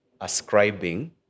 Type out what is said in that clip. ascribing